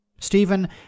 Stephen